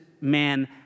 man